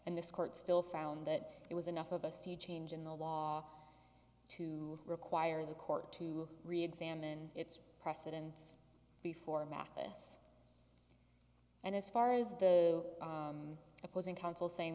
and this court still found that it was enough of a sea change in the law to require the court to reexamine its precedents before mathis and as far as the opposing counsel saying